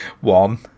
One